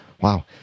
Wow